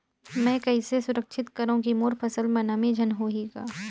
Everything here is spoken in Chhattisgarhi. मैं कइसे सुरक्षित करो की मोर फसल म नमी झन होही ग?